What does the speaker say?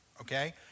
Okay